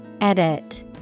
Edit